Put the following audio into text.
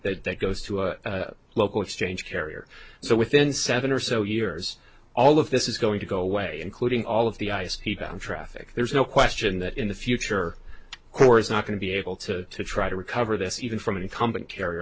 traffic that goes to a local exchange carriers so within seven or so years all of this is going to go away including all of the ice he found traffic there's no question that in the future corps is not going to be able to try to recover this even from an incumbent carrier